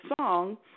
song